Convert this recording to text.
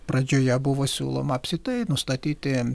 pradžioje buvo siūloma apskritai nustatyti